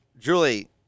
Julie